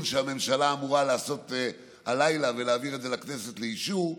שהממשלה אמורה לעשות הלילה ולהעביר את זה לכנסת לאישור.